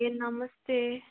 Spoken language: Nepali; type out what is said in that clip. ए नमस्ते